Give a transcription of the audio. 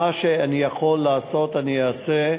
ומה שאני יכול לעשות אני אעשה,